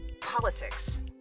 politics